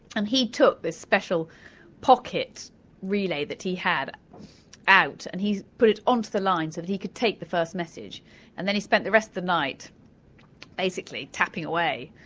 and he took this special pocket relay that he had out and he put it onto the line so that he could take the first message and then he spent the rest of the night basically tapping away,